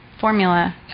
formula